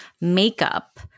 makeup